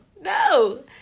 No